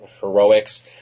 heroics